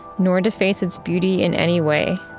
nor deface its beauty in any way.